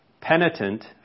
penitent